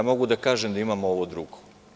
Mogu da kažem da imamo ovo drugo.